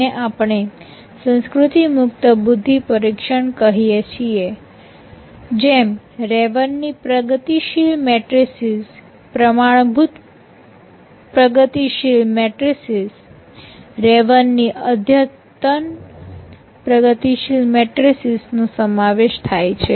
જેને આપણે સંસ્કૃતિ મુક્ત બુદ્ધિ પરીક્ષણ કહીએ છીએ જેમ રેવનની પ્રગતિશીલ મેટ્રિસીઝ પ્રમાણભૂત પ્રગતિશીલ મેટ્રિસીઝ રેવનની અદ્યતન પ્રગતિશીલ મેટ્રિસીઝ નો સમાવેશ થાય છે